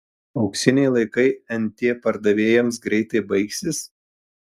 auksiniai laikai nt pardavėjams greit baigsis